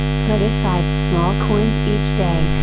put asides small coins each day,